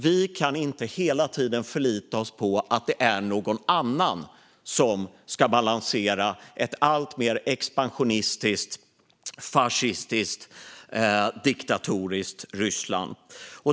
Vi kan inte hela tiden förlita oss på att någon annan ska balansera ett alltmer expansionistiskt, fascistiskt och diktatoriskt Ryssland.